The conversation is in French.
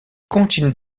continuent